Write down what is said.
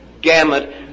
gamut